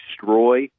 destroy